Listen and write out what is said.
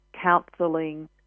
counselling